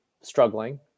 struggling